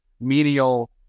menial